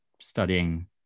studying